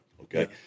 Okay